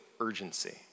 urgency